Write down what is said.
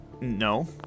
No